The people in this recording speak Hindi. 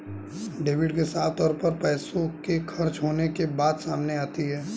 डेबिट से साफ तौर पर पैसों के खर्च होने के बात सामने आती है